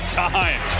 time